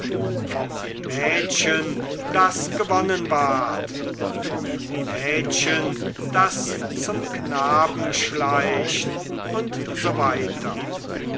vom mädchen das gewonnen ward vom mädchen das zum knaben schleicht und so weiter